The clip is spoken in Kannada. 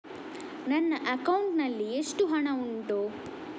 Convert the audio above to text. ನನ್ನ ಅಕೌಂಟ್ ನಲ್ಲಿ ಎಷ್ಟು ಹಣ ಉಂಟು?